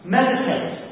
Meditate